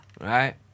Right